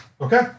Okay